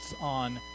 on